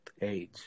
age